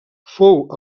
fou